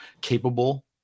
capable